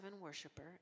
worshiper